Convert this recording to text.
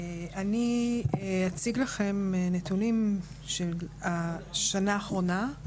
אני אציג לכם נתונים של השנה האחרונה,